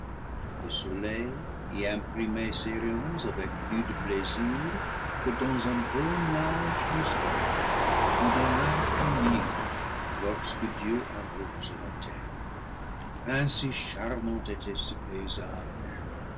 le soleil y imprimait ses rayons avec plus de plaisir que dans un beau nuage du soir ou dans l'arc humide lorsque dieu arrose la terre ainsi charmant était ce paysage